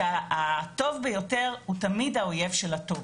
שהטוב ביותר הוא תמיד האויב של הטוב.